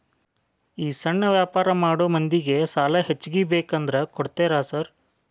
ಈ ಸಣ್ಣ ವ್ಯಾಪಾರ ಮಾಡೋ ಮಂದಿಗೆ ಸಾಲ ಹೆಚ್ಚಿಗಿ ಬೇಕಂದ್ರ ಕೊಡ್ತೇರಾ ಸಾರ್?